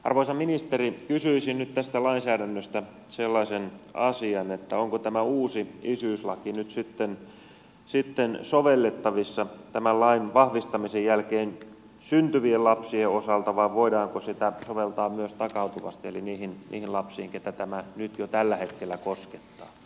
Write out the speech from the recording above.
arvoisa ministeri kysyisin nyt tästä lainsäädännöstä sellaisen asian että onko tämä uusi isyyslaki nyt sitten sovellettavissa tämän lain vahvistamisen jälkeen syntyvien lapsien osalta vai voidaanko sitä soveltaa myös takautuvasti eli niihin lapsiin joita tämä nyt jo tällä hetkellä koskettaa